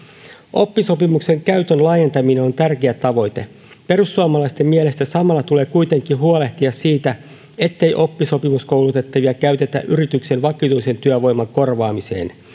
oppisopimuksen käytön laajentaminen on tärkeä tavoite perussuomalaisten mielestä samalla tulee kuitenkin huolehtia siitä ettei oppisopimuskoulutettavia käytetä yrityksen vakituisen työvoiman korvaamiseen